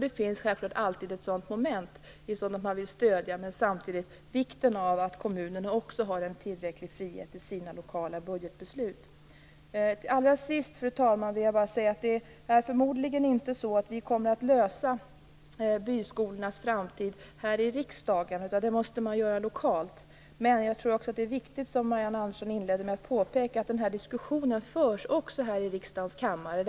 Det finns självklart alltid ett sådant moment att man vill stödja men att det är viktigt att kommunerna har en tillräcklig frihet i sina lokala budgetbeslut. Fru talman! Låt mig till sist säga att vi förmodligen inte kommer att lösa byskolornas framtid här i riksdagen utan det måste man göra lokalt. Men jag tror att det är viktigt att, som Marianne Andersson inledningsvis påpekade, den här diskussionen förs också här i riksdagens kammare.